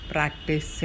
Practice